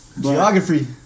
Geography